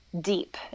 deep